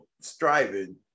striving